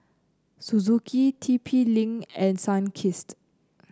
Suzuki T P Link and Sunkist